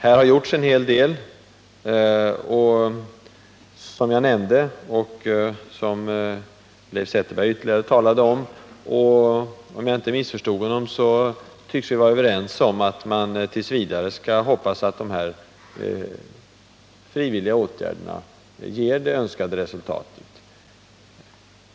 Här har gjorts en hel del, och Leif Zetterberg och jag tycks — om jag inte missförstod honom — vara överens om att vit. v. skall hoppas att de frivilliga åtgärderna ger önskat resultat.